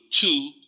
two